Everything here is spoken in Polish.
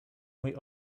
mój